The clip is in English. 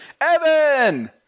Evan